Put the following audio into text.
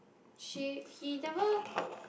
she he never